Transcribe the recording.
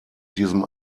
diesem